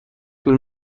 طول